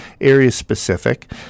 Area-specific